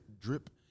drip